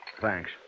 Thanks